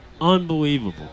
unbelievable